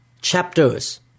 chapters